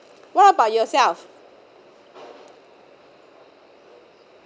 what about yourself